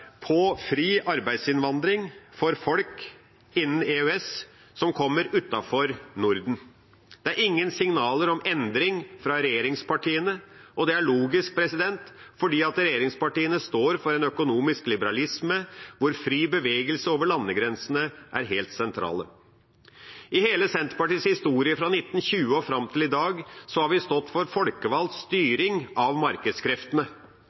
på fri arbeidsinnvandring for folk innenfor EØS som kommer utenfra Norden. Det er ingen signaler om endring fra regjeringspartiene, og det er logisk, fordi regjeringspartiene står for en økonomisk liberalisme hvor fri bevegelse over landegrensene er helt sentralt. I hele Senterpartiets historie, fra 1920 og fram til i dag, har vi stått for folkevalgt styring av markedskreftene